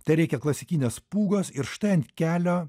tereikia klasikinės pūgos ir štai ant kelio